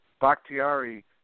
Bakhtiari